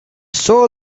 soul